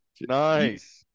Nice